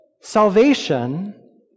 Salvation